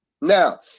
Now